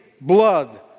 blood